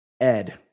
Ed